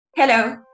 Hello